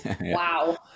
wow